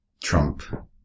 Trump